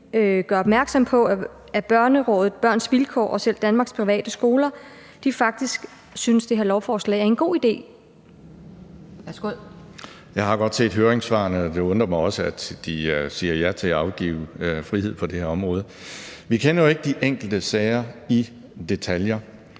gøre opmærksom på, at Børnerådet, Børns Vilkår og selv Danmarks Private Skoler faktisk synes, at det her lovforslag er en god idé. Kl. 12:33 Anden næstformand (Pia Kjærsgaard): Værsgo. Kl. 12:33 Alex Ahrendtsen (DF): Jeg har godt set høringssvarene, og det undrer mig også, at de siger ja til at afgive frihed på det her område. Vi kender jo ikke de enkelte sager i detaljer.